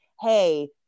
hey